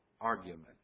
argument